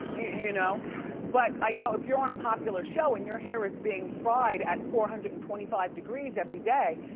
you know but i know if you're on a popular show and your hair is being fried at four hundred and twenty five degrees everyday,